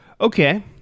okay